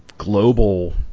Global